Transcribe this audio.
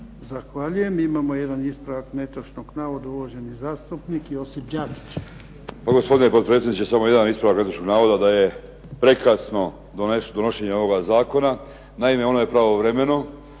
Zahvaljujem. Imamo jedan ispravak netočnog navoda, uvaženi zastupnik Josip Đakić. **Đakić, Josip (HDZ)** Pa gospodine potpredsjedniče, samo jedan ispravak netočnog navoda, da je prekasno donošenje ovoga zakona. Naime, ono je pravovremeno,